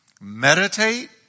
meditate